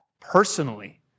personally